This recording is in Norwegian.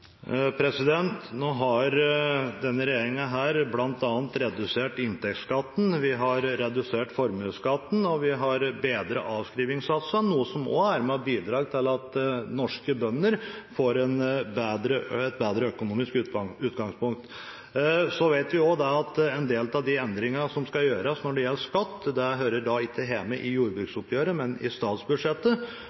Denne regjeringen har bl.a. redusert inntektsskatten, vi har redusert formuesskatten, og vi har bedret avskrivingssatsene, noe som også er med og bidrar til at norske bønder får et bedre økonomisk utgangspunkt. Så vet vi også at en del av de endringene som skal gjøres når det gjelder skatt, ikke hører hjemme i jordbruksoppgjøret, men i statsbudsjettet. Nå skal ikke jeg på noen måte forskuttere hva som kommer i statsbudsjettet, men vi har i